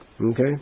Okay